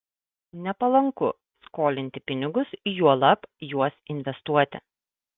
nepalanku skolinti pinigus juolab juos investuoti